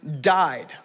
died